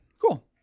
cool